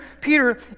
Peter